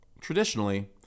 traditionally